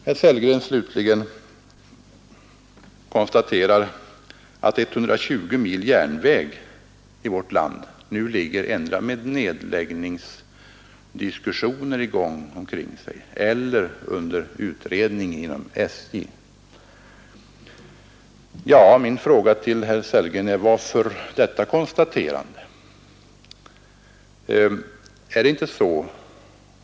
Herr Sellgren konstaterar att 120 mil järnväg i vårt land nu ligger endera med nedläggningsdiskussioner i gång omkring sig eller under utredning inom SJ. Ja, min fråga till herr Sellgren är då: Varför detta konstaterande?